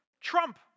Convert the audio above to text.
Trump